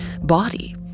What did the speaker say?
body